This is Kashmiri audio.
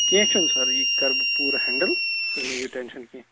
کیٚنٛہہ چھُنہٕ سر یہِ کَرٕ بہٕ پوٗرٕ ہٮ۪نٛڈٕل تُہۍ مہٕ ہیٚیِو ٹٮ۪نٛشن کیٚنٛہہ